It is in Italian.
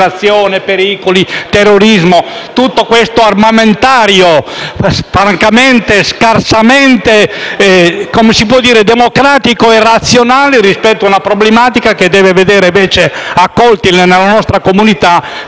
pericoli e terrorismo. Tutto questo armamentario, francamente, è scarsamente democratico e razionale rispetto a una problematica che deve vedere accolti nella nostra comunità